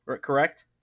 correct